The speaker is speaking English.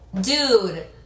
dude